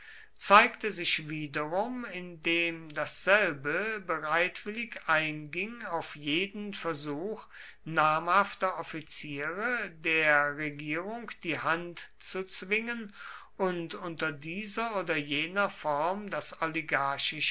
zeigte sich wiederum indem dasselbe bereitwillig einging auf jeden versuch namhafter offiziere der regierung die hand zu zwingen und unter dieser oder jener form das